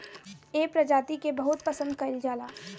एह प्रजाति के बहुत पसंद कईल जाला